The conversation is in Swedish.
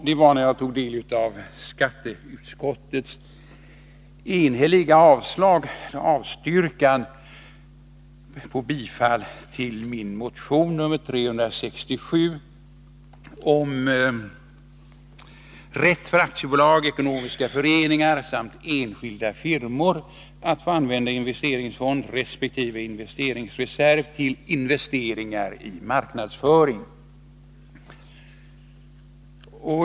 Det var när jag tog del av skatteutskottets enhälliga avstyrkande av bifall till min motion nr 367 om rätt för aktiebolag, ekonomiska föreningar samt enskilda firmor att använda investeringsfond resp. investeringsreserv till investeringar i marknadsföring.